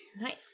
Nice